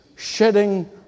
shedding